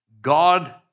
God